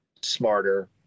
smarter